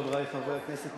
חברי חברי הכנסת,